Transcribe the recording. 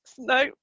no